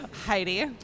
Heidi